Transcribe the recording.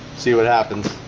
see what happens